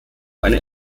eine